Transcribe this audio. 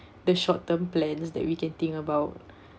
the short term plans that we can think about